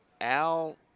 Al